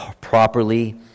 properly